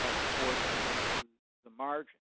has forced them into the margin.